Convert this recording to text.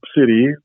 City